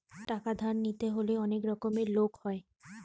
টাকা ধার নিতে হলে অনেক রকমের লোক হয়